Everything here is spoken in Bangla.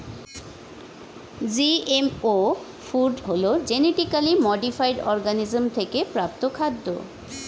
জিএমও ফুড হলো জেনেটিক্যালি মডিফায়েড অর্গানিজম থেকে প্রাপ্ত খাদ্য